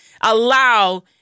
allow